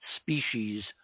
species